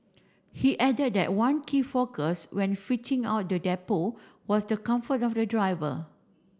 he added that one key focus when fitting out the depot was the comfort of the driver